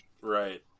Right